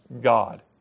God